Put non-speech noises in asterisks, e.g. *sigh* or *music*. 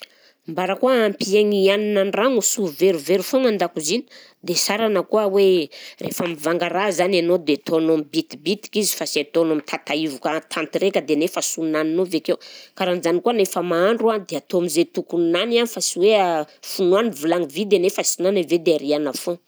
Mbara koa hampihegny hanina an-dragno sy ho verivery foagna an-dakozia, dia sara na koa hoe rehefa mivanga raha zany anao dia ataonao mibitibitika izy fa sy ataonao mitataivoka an-tanty raika dia nefa sy ho naninao avy akeo, karahan'jany koa mefa mahandro a, dia atao am'zay tokony ho nany a fa sy hoe *hesitation* fognoana vilany vy dia nefa sy nany avy eo dia ariàna foagna.